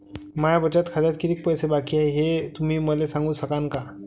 माया बचत खात्यात कितीक पैसे बाकी हाय, हे तुम्ही मले सांगू सकानं का?